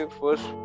first